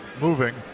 moving